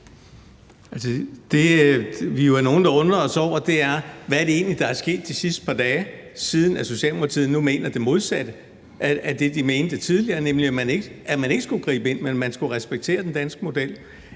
det, vi jo er nogle, der undrer os over, er, hvad det egentlig er, der er sket de sidste par dage, siden at Socialdemokratiet nu mener det modsatte af det, de mente tidligere, nemlig at man ikke skulle gribe ind, men at man skulle respektere den danske model.